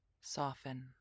Soften